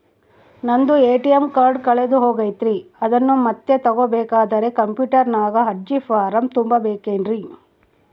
ನಂದು ATM card ಕಳೆದು ಹೋಗೈತ್ರಿ ಅದನ್ನು ಮತ್ತೆ ತಗೋಬೇಕಾದರೆ ಕಂಪ್ಯೂಟರ್ ನಾಗ ಅರ್ಜಿ ಫಾರಂ ತುಂಬಬೇಕನ್ರಿ?